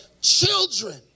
children